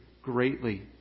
Greatly